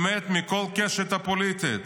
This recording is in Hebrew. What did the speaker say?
באמת מכל הקשת הפוליטית.